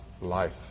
life